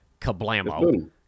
kablamo